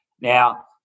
Now